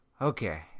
Okay